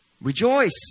Rejoice